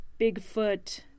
Bigfoot